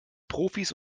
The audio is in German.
profis